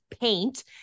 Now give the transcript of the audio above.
paint